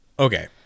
Okay